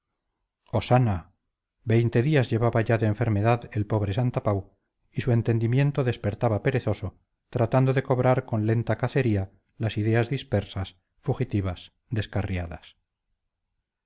hosannah veinte días llevaba ya de enfermedad el pobre santapau y su entendimiento despertaba perezoso tratando de cobrar con lenta cacería las ideas dispersas fugitivas descarriadas en